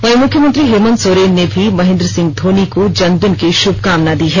वहीं मुख्यमंत्री हेमंत सोरेन ने भी महेन्द्र सिंह धोनी को जन्मदिन की श्रमकामना दी है